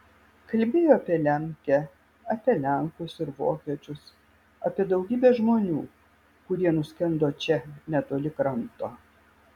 kalbėjo apie lemkę apie lenkus ir vokiečius apie daugybę žmonių kurie nuskendo čia netoli kranto